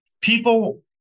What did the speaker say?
people